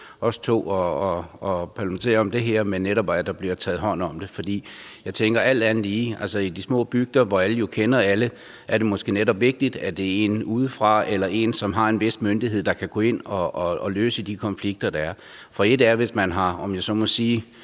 stå og parlamentere om det her, men netop et spørgsmål om, at der bliver taget hånd om det. Jeg tænker, alt andet lige, at i de små bygder, hvor alle kender alle, er det måske netop vigtigt, at det er en udefra eller en, som har en vis myndighed, der kan gå ind og løse de konflikter, der er. For hvis man, om jeg så må sige,